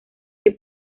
que